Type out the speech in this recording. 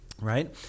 right